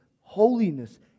holiness